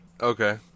Okay